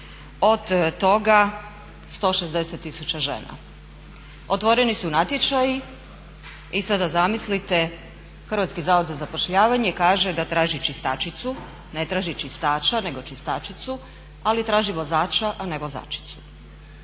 od toga 160 000 žena. Otvoreni su natječaji i sada zamislite HZZ kaže da traže čistačicu, ne traži čistača nego čistačicu, ali traži vozača, a ne vozačicu.